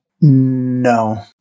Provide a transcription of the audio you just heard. No